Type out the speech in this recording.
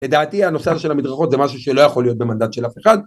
לדעתי הנושא הזה של המדרכות זה משהו שלא יכול להיות במנדט של אף אחד